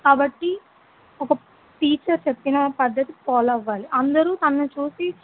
కాబట్టి ఒక టీచర్ చెప్పిన పద్ధతి ఫాలో అవ్వాలి అందరు తనని చూసి